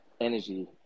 energy